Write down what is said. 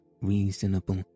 reasonable